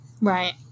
Right